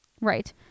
right